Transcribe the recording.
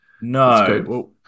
no